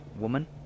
woman